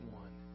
one